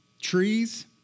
trees